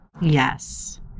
Yes